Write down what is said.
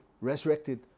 resurrected